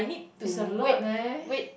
it's a lot leh